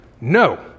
No